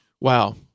Wow